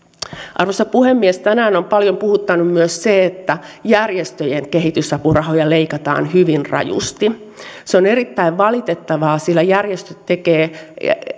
arvoisa puhemies tänään on paljon puhuttanut myös se että järjestöjen kehitysapurahoja leikataan hyvin rajusti se on erittäin valitettavaa sillä järjestöt tekevät